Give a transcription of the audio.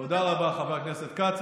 תודה רבה, חבר הכנסת כץ.